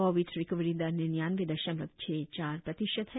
Covid recovery दर निन्यानबे दमलव छह चार प्रतिशत है